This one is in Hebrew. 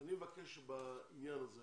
אני מבקש שבעניין הזה